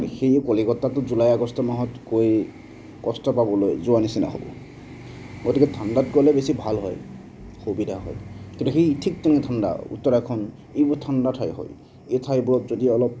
সেয়ে কলিকতাটো July August মাহত কয়েই কষ্ট পাবলৈ যোৱা নিচিনা হ'ব গতিকে ঠাণ্ডাত গ'লে বেছি ভাল হয় সুবিধা হয় কিন্তু সেই ঠিক তেনে ঠাণ্ডা উত্তৰাখণ্ড এইবোৰ ঠাণ্ডা ঠাই হয় এই ঠাইবোৰত যদি অলপ